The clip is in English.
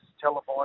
televised